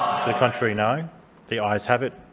the contrary, no the ayes have it.